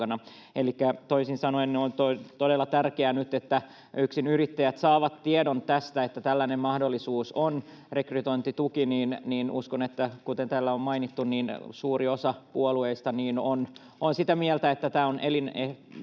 Elikkä toisin sanoen on todella tärkeää nyt, että yksinyrittäjät saavat tiedon tästä, että tällainen rekrytointitukimahdollisuus on. Uskon, kuten täällä on mainittu, että suuri osa puolueista on sitä mieltä, että on elintärkeä